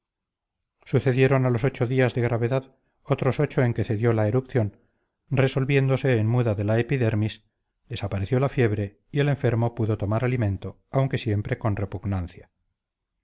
sucedieron a los ochos días de gravedad otros ocho en que cedió la erupción resolviéndose en muda de la epidermis desapareció la fiebre y el enfermo pudo tomar alimento aunque siempre con repugnancia